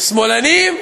שמאלנים,